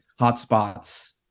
hotspots